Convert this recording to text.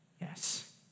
Yes